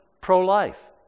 pro-life